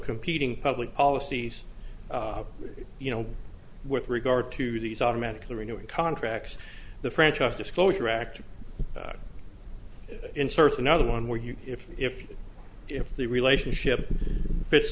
competing public policies you know with regard to these automatically renewing contracts the franchise disclosure act insert another one where you if if if the relationship wit